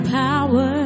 power